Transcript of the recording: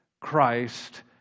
Christ